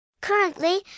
Currently